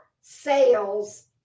sales